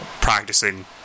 practicing